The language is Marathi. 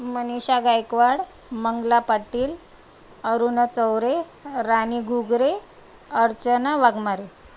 मनिषा गायकवाड मंगला पाटील अरुणा चौरे रानी घुगरे अर्चना वाघमारे